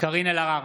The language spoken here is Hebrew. (קורא בשמות חברי הכנסת) קארין אלהרר,